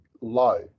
low